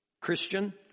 Christian